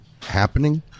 happening